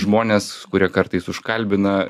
žmonės kurie kartais užkalbina